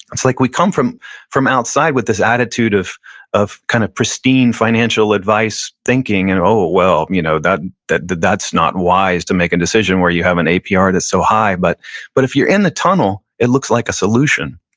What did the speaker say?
it's like we come from from outside with this attitude of of kind of pristine financial advice thinking, and oh, well, you know that's not wise to make a decision where you have an apr that's so high. but but if you're in the tunnel, it looks like a solution.